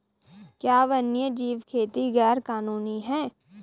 क्या वन्यजीव खेती गैर कानूनी है?